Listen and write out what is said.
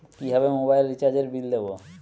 কিভাবে মোবাইল রিচার্যএর বিল দেবো?